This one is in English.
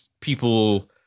people